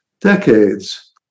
decades